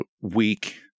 weak